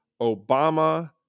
Obama